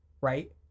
right